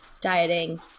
dieting